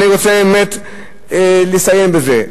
אני רוצה באמת לסיים בזה.